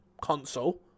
console